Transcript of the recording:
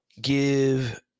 give